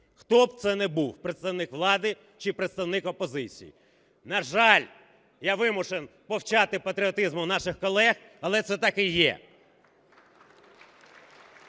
хто б це не був – представник влади чи представник опозиції. На жаль, я вимушений повчати патріотизму наших колег, але це так і є.